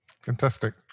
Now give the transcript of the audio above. Fantastic